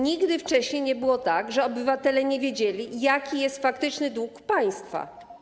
Nigdy wcześniej nie było tak, że obywatele nie wiedzieli, jaki jest faktyczny dług państwa.